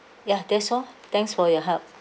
ya that's all thanks for your help